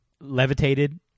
levitated